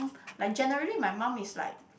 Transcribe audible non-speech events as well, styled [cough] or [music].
like generally my mum is like [noise]